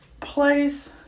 Place